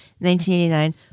1989